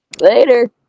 Later